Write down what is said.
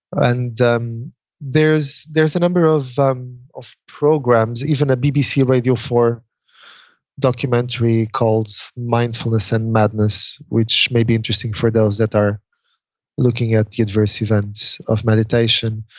and um there's a number of um of programs, even a bbc radio four documentary called mindfulness and madness, which may be interesting for those that are looking at the adverse events of meditation.